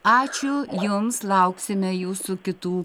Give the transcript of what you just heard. ačiū jums lauksime jūsų kitų